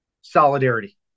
Solidarity